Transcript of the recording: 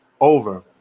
over